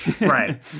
Right